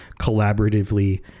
collaboratively